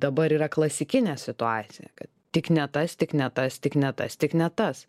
dabar yra klasikinė situacija kad tik ne tas tik ne tas tik ne tas tik ne tas